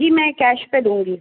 جی میں cash pay دوں گی